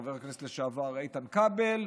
וחבר הכנסת לשעבר איתן כבל,